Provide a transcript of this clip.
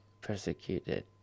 persecuted